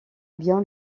bien